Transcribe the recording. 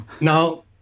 Now